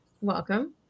Welcome